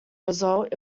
result